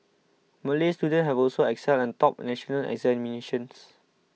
Malay students have also excelled topped national examinations